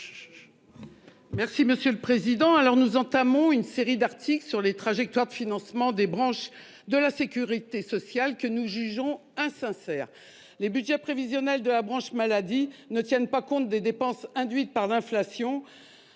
Poncet Monge. Nous entamons l'examen d'une série d'articles sur les trajectoires de financement des branches de la sécurité sociale, que nous jugeons insincères. Les budgets prévisionnels de la branche maladie ne tiennent pas compte des dépenses induites par l'inflation.